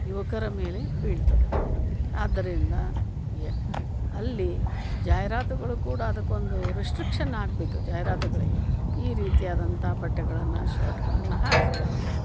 ಯುವಕರ ಮೇಲೆ ಬೀಳ್ತದೆ ಆದ್ದರಿಂದ ಯ ಅಲ್ಲಿ ಜಾಹಿರಾತುಗಳು ಕೂಡ ಅದಕ್ಕೊಂದು ರಿಸ್ಟ್ರಿಕ್ಷನ್ ಹಾಕಬೇಕು ಜಾಹಿರಾತುಗಳಿಗೆ ಈ ರೀತಿಯಾದಂಥ ಬಟ್ಟೆಗಳನ್ನು ಶರ್ಟ್ಗಳನ್ನು ಹಾಕಿಸ್ಬಾರ್ದು